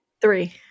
three